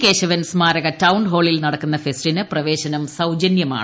കേശവൻ സ്മാരക ടൌൺഹാളിൽ നടക്കുന്ന ഫെസ്റ്റിന് പ്രവേശനം സൌജന്യമാണ്